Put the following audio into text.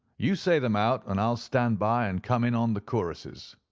you say them out, and i'll stand by and come in on the choruses.